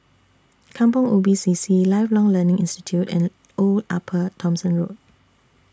Kampong Ubi C C Lifelong Learning Institute and Old Upper Thomson Road